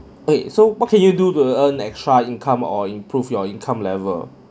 okay so what can you do to earn extra income or improve your income level